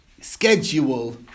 schedule